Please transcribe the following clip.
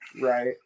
right